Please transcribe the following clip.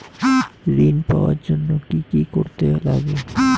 ঋণ পাওয়ার জন্য কি কি করতে লাগে?